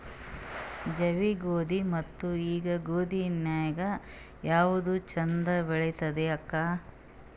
ಜವಿ ಗೋಧಿ ಮತ್ತ ಈ ಗೋಧಿ ನ್ಯಾಗ ಯಾವ್ದು ಛಂದ ಬೆಳಿತದ ಅಕ್ಕಾ?